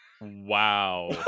Wow